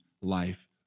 Life